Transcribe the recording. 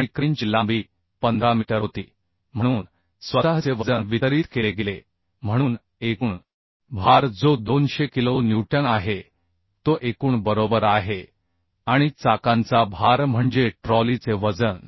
आणि क्रेनची लांबी 15 मीटर होती म्हणून स्वतः चे वजन वितरित केले गेले म्हणून एकूण भार जो 200 किलो न्यूटन आहे तो एकूण बरोबर आहे आणि चाकांचा भार म्हणजे ट्रॉलीचे वजन